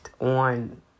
on